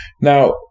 Now